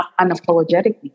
unapologetically